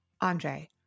Andre